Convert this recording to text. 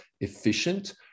efficient